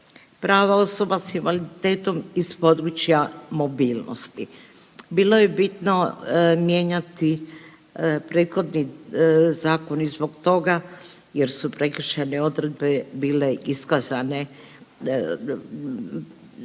prava osoba sa invaliditetom iz područja mobilnosti. Bilo je bitno mijenjati prethodni zakon i zbog toga jer su prekršajne odredbe bile iskazane,